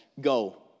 go